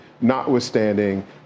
notwithstanding